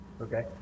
Okay